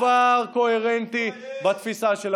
רק, אין שום דבר קוהרנטי בתפיסה שלכם.